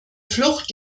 flucht